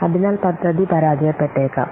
അതിനാൽ പദ്ധതി പരാജയപ്പെട്ടേക്കാം